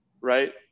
right